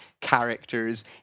characters